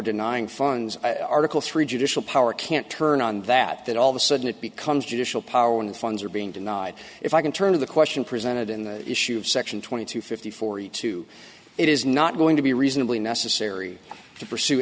denying funds article three judicial power can't turn on that that all of a sudden it becomes judicial power when funds are being denied if i can turn to the question presented in the issue of section twenty two fifty four you to it is not going to be reasonably necessary to pursue